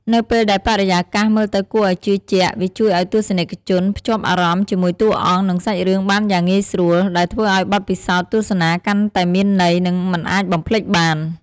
នៅពេលដែលបរិយាកាសមើលទៅគួរឱ្យជឿជាក់ វាជួយឱ្យទស្សនិកជនភ្ជាប់អារម្មណ៍ជាមួយតួអង្គ និងសាច់រឿងបានយ៉ាងងាយស្រួល ដែលធ្វើឱ្យបទពិសោធន៍ទស្សនាកាន់តែមានន័យ និងមិនអាចបំភ្លេចបាន។